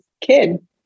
kid